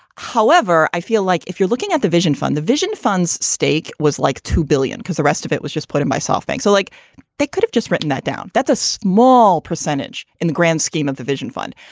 however i feel like if you're looking at the vision fund the vision fund's stake was like two billion because the rest of it was just put it myself thanks i like they could have just written that down. that's a small percentage in the grand scheme of the vision fund.